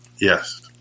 Yes